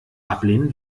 ablehnen